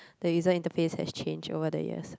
the user interface has change over the years